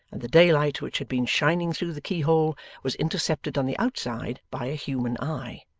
and the daylight which had been shining through the key-hole was intercepted on the outside by a human eye.